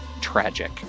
tragic